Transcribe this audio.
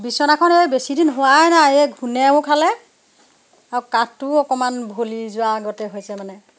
বিচনাখন এ বেছিদিন হোৱাই নাই এ ঘূণেও খালে আৰু কাঠটোও অকণমান ভলি যোৱা গতে হৈছে মানে